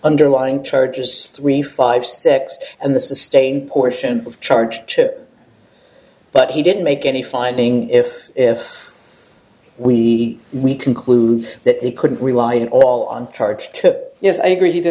underlying chargers three five six and the sustain portion of charge chip but he didn't make any finding if if we we conclude that he couldn't rely on all on charge to yes i agree he did